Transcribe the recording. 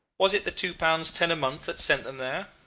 was it the two pounds ten a month that sent them there?